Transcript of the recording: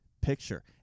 picture